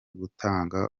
gutanga